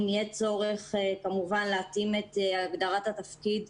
אם יש צורך להתאים את הגדרת התפקיד